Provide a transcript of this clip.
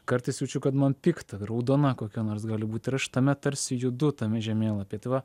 kartais jaučiu kad man pikta raudona kokia nors gali būt ir aš tame tarsi judu tame žemėlapyje tai va